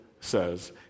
says